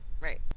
right